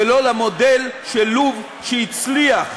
ולא למודל של לוב שהצליח.